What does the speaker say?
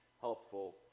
helpful